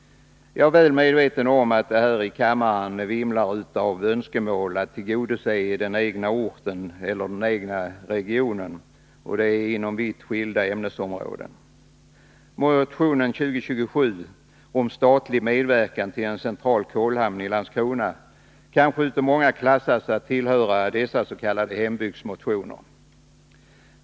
Jag är väl medveten om att det här i kammaren vimlar av önskemål att tillgodose den egna orten eller regionen inom vitt skilda ämnesområden. Motionen 2027 om statlig medverkan till en central kolhamn i Landskrona kanske av många klassas att tillhöra dessa s.k. hembygdsmotioner.